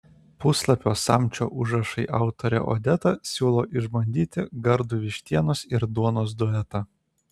puslapio samčio užrašai autorė odeta siūlo išbandyti gardų vištienos ir duonos duetą